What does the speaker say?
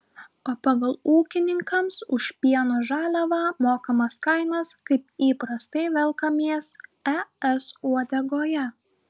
o pagal ūkininkams už pieno žaliavą mokamas kainas kaip įprastai velkamės es uodegoje